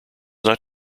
not